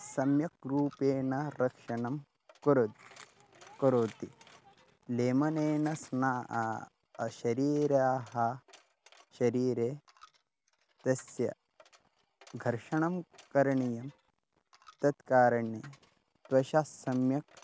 सम्यक् रूपेण रक्षणं करोति करोति लेमनेन स्नानं शरीरं शरीरे तस्य घर्षणं करणीयं तत्कारणे त्वचः सम्यक्